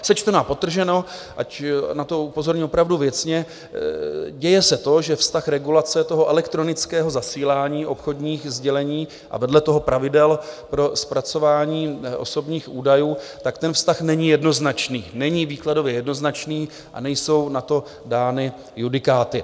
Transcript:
Sečteno a podtrženo, ať na to upozorním opravdu věcně, děje se to, že vztah regulace toho elektronického zasílání obchodních sdělení a vedle toho pravidel pro zpracování osobních údajů není jednoznačný, není výkladově jednoznačný a nejsou na to dány judikáty.